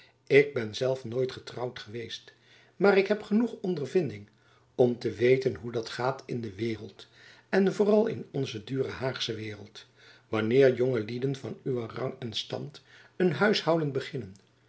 ik ben zelf nooit getrouwd geweest maar ik heb genoeg ondervinding om te weten hoe dat gaat in de waereld en vooral in onze dure haagsche waereld wanneer jonge lieden van uwen rang en stand een huishouden beginnen